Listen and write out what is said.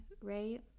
right